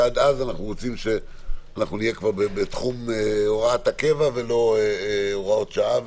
שעד אז אנו רוצים שנהיה בתחום הוראת הקבע ולא הוראות שעה.